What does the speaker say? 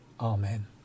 Amen